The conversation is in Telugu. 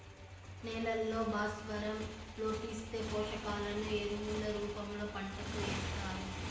నేలల్లో భాస్వరం లోపిస్తే, పోషకాలను ఎరువుల రూపంలో పంటకు ఏస్తారు